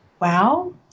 wow